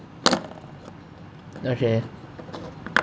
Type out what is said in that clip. okay